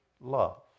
love